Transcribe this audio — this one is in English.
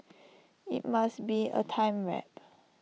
IT must be A time warp